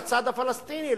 לצד הפלסטיני,